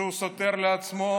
שהוא סותר את עצמו,